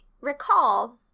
recall